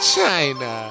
China